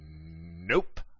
nope